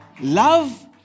Love